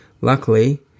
Luckily